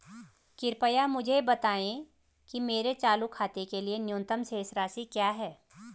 कृपया मुझे बताएं कि मेरे चालू खाते के लिए न्यूनतम शेष राशि क्या है?